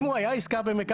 אם הוא היה עסקה במקרקעין,